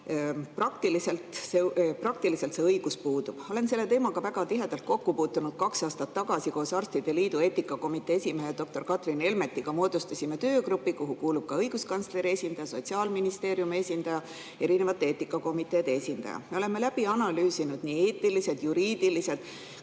Praktiliselt see õigus puudub. Olen selle teemaga väga tihedalt kokku puutunud. Kaks aastat tagasi koos arstide liidu eetikakomitee esimehe doktor Katrin Elmetiga moodustasime töögrupi, kuhu kuuluvad ka õiguskantsleri esindaja, Sotsiaalministeeriumi esindaja ja eetikakomiteede esindaja. Me oleme läbi analüüsinud nii eetilised, juriidilised